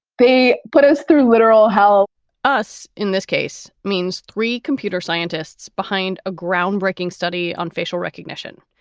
they put us through literal hell us. in this case means three computer scientists behind a groundbreaking study on facial recognition.